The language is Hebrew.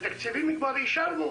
התקציבים כבר אושרו,